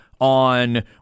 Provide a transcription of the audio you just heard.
on